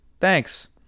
thanks